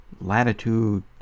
Latitude